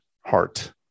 heart